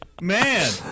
Man